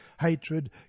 hatred